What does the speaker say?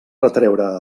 retreure